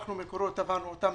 אנחנו מקורות תבענו אותם